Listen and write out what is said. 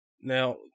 Now